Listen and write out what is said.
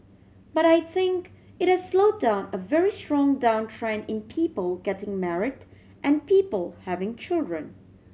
but I think it has slow down a very strong downtrend in people getting married and people having children